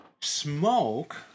smoke